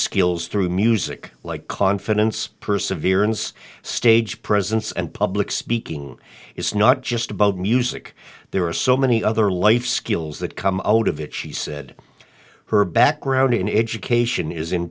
skills through music like confidence perseverance stage presence and public speaking it's not just about music there are so many other life skills that come out of it she said her background in education is in